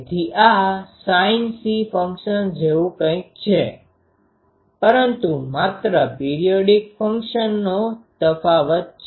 તેથી આ sinc function જેવું કંઈક છે પરંતુ માત્ર પીરીયોડીક ફંક્શનનો જ તફાવત છે